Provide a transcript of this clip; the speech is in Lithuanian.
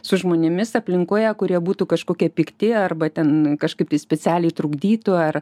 su žmonėmis aplinkoje kurie būtų kažkokie pikti arba ten kažkaip tai specialiai trukdytų ar